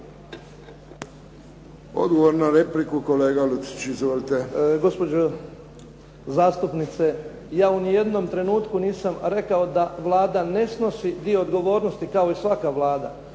Odgovor na repliku, kolega Lucić. Izvolite.